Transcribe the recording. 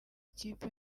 kipe